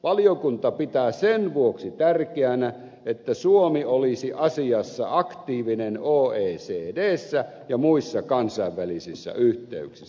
valiokunta pitää sen vuoksi tärkeänä että suomi olisi asiassa aktiivinen oecdssä ja muissa kansainvälisissä yhteyksissä